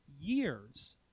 years